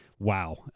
Wow